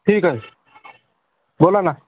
ठीक आहे बोला ना